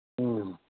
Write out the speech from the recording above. ꯎꯝ